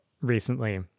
recently